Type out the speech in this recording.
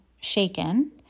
shaken